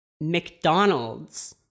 McDonald's